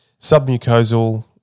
submucosal